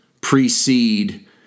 precede